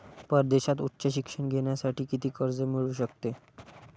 परदेशात उच्च शिक्षण घेण्यासाठी किती कर्ज मिळू शकते?